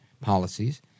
policies